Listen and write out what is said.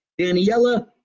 Daniela